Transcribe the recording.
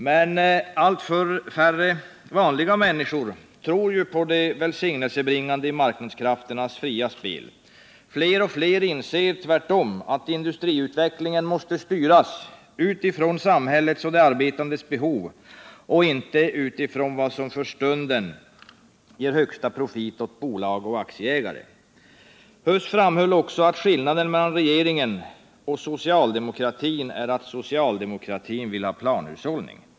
Men allt färre vanliga människor tror på det välsignelsebringande i marknadskrafternas fria spel. Tvärtom anser fler och fler att industriutvecklingen måste styras utifrån samhällets och de arbetandes behov och inte utifrån vad som för stunden ger högsta profit åt bolag och aktieägare. Industriminister Huss framhöll också att skillnaden mellan regeringen och socialdemokratin är att socialdemokratin vill ha planhushållning.